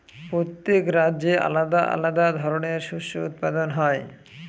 প্রত্যেক রাজ্যে আলাদা আলাদা ধরনের শস্য উৎপাদন হয়